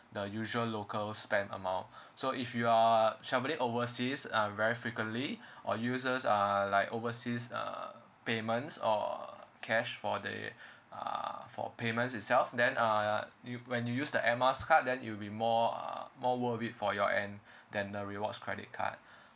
the usual local spend amount so if you are travelling overseas uh very frequently or uses uh like overseas uh payments or cash for the uh for payments itself then uh you when you use the air miles card then it'll be more uh more worth it for your end than the rewards credit card